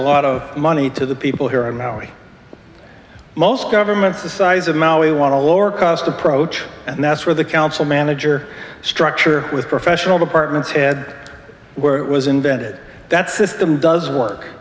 a lot of money to the people here in maui most governments the size of maui want to lower cost approach and that's where the council manager structure with professional departments head where it was invented that system doesn't work